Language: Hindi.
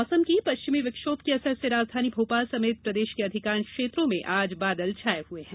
मौसम पश्चिमी विक्षोभ के असर से राजधानी भोपाल समेत प्रदेश के अधिकांश क्षेत्रों में आज बादल छाये हुए हैं